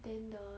then the